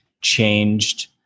changed